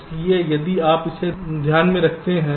इसलिए यदि आप इसे ध्यान में रखते हैं